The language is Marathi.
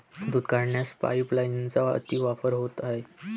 दूध काढण्याच्या पाइपलाइनचा अतिवापर होत आहे